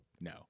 No